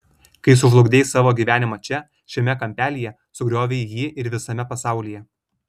kai sužlugdei savo gyvenimą čia šiame kampelyje sugriovei jį ir visame pasaulyje